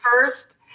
first